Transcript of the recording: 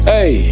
Hey